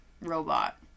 Robot